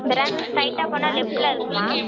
இந்த ரேக்கில் ஸ்ட்ரைட்டாக போனால் லெப்ட்டில் இருக்கும்மா